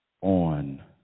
on